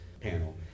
panel